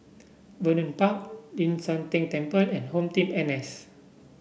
Vernon Park Ling San Teng Temple and HomeTeam N S